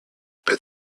but